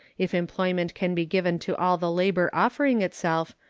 if employment can be given to all the labor offering itself,